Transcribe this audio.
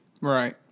Right